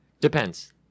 Depends